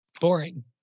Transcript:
Boring